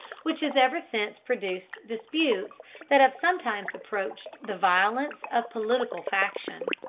which has ever since produced disputes that have sometimes approached the violence of political faction.